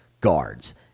guards